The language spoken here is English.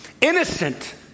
innocent